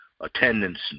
attendance